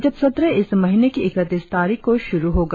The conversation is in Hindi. बजट सत्र इस महीने की इकतीस तारीख को शुरु होगा